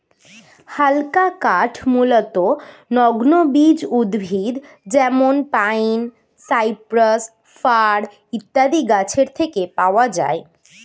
হালকা কাঠ মূলতঃ নগ্নবীজ উদ্ভিদ যেমন পাইন, সাইপ্রাস, ফার ইত্যাদি গাছের থেকে পাওয়া যায়